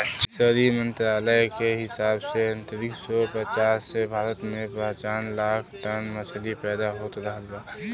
fishery मंत्रालय के हिसाब से उन्नीस सौ पचास में भारत में पचहत्तर लाख टन मछली पैदा होत रहल